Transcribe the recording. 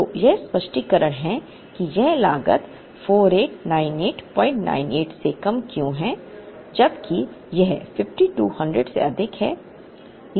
तो यह स्पष्टीकरण है कि यह लागत 489898 से कम क्यों है जबकि यह 5200 से अधिक है